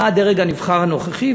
בא הדרג הנבחר הנוכחי,